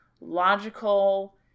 logical